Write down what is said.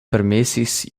permesis